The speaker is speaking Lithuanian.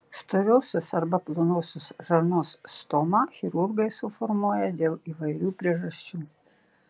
storosios arba plonosios žarnos stomą chirurgai suformuoja dėl įvairių priežasčių